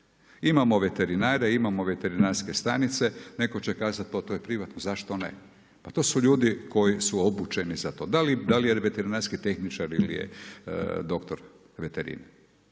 Imamo veterinare, imamo veterinarske stanice, netko će kazati, pa to je privatno, zašto ne. Pa to su ljudi koji suočeni za to. Dal li je veterinarski tehničar ili je doktor veterine,